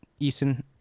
eason